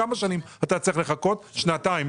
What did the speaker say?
אתה צריך לחכות שנתיים.